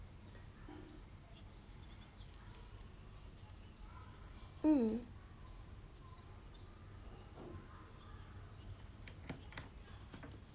um